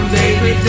baby